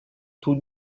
tout